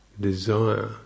desire